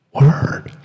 Word